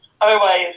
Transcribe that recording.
Otherwise